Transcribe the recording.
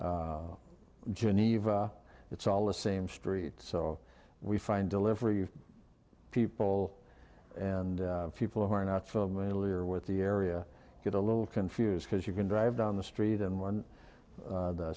geneva it's all the same street so we find delivery people and people who are not familiar with the area get a little confused because you can drive down the street in on